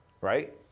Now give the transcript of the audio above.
right